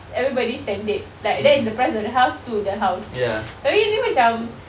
everybody standard like that is the price of the house to the house tapi ni macam